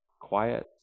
quiet